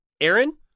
Aaron